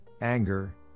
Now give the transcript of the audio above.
anger